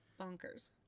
bonkers